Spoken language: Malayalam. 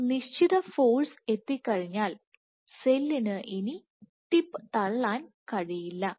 ഒരു നിശ്ചിത ഫോഴ്സ് എത്തിക്കഴിഞ്ഞാൽ സെല്ലിന് ഇനി ടിപ്പ് തള്ളാൻ കഴിയില്ല